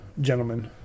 gentlemen